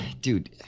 Dude